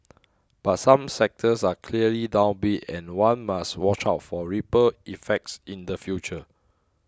but some sectors are clearly downbeat and one must watch out for ripple effects in the future